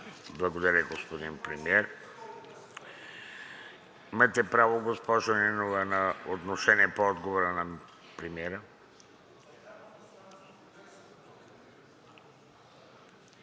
Благодаря, господин Премиер. Имате право, госпожо Нинова, на отношение по отговора на премиера.